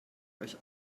euch